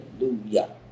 Hallelujah